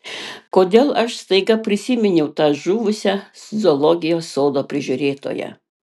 kodėl aš staiga prisiminiau tą žuvusią zoologijos sodo prižiūrėtoją